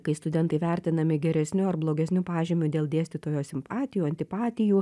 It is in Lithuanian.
kai studentai vertinami geresniu ar blogesniu pažymiu dėl dėstytojo simpatijų antipatijų